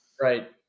Right